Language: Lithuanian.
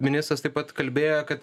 ministras taip pat kalbėjo kad